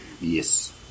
Yes